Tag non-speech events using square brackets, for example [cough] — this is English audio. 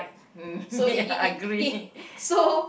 hmm [laughs] ya agree